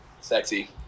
Sexy